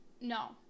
No